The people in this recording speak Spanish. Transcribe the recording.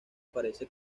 parece